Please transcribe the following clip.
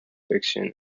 fiction